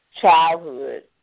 childhood